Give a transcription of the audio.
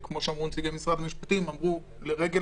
כפי שאמרו נציגי משרד המשפטים: לרגל